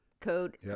Code